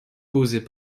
posées